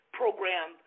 program